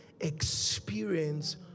experience